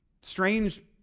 strange